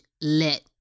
let